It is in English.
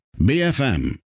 BFM